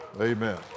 Amen